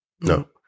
No